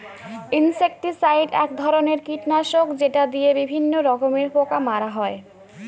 insecticide এক ধরনের কীটনাশক যেটা দিয়ে বিভিন্ন রকমের পোকা মারা হয়